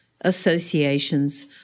associations